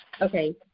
okay